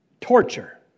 torture